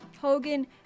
Hogan